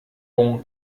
bon